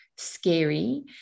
scary